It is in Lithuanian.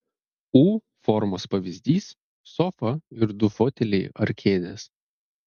u formos pavyzdys sofa ir du foteliai ar kėdės